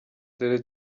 dore